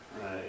Right